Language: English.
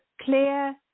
clear